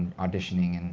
auditioning, and